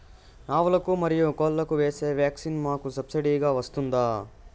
ఆవులకు, మరియు కోళ్లకు వేసే వ్యాక్సిన్ మాకు సబ్సిడి గా వస్తుందా?